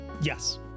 Yes